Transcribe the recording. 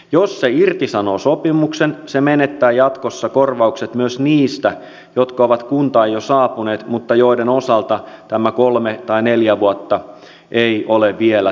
jos se irtisanoo sopimuksen se menettää jatkossa korvaukset myös niistä jotka ovat kuntaan jo saapuneet mutta joiden osalta tämä kolme tai neljä vuotta ei ole vielä täyttynyt